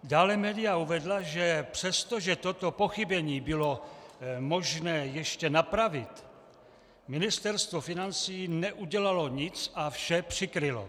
Dále média uvedla, že přesto, že toto pochybení bylo možné ještě napravit, Ministerstvo financí neudělalo nic a vše přikrylo.